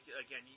again